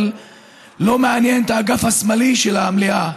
לא מעניין את האגף השמאלי של המליאה.